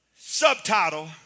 Subtitle